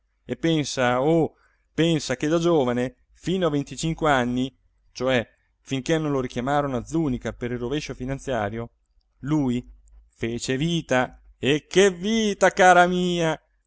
e pensa oh pensa che da giovine fino a venticinque anni cioè finché non lo richiamarono a zùnica per il rovescio finanziario lui fece vita e che vita cara mia